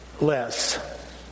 less